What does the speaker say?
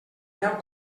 deu